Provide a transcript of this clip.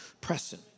pressing